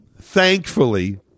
Thankfully